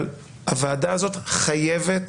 הוועדה הזאת חייבת